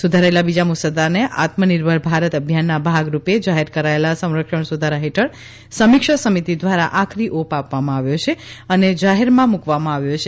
સુધારેલા બીજા મુસદ્દાને આત્મનિર્ભર ભારત અભિયાનના ભાગ રૂપે જાહેર કરાયેલા સંરક્ષણ સુધારા હેઠળ સમીક્ષા સમિતિ દ્વારા આખરી ઓપ આપવામાં આવ્યો છે અને જાહેરમાં મૂકવામાં આવ્યો છે